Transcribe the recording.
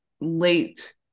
late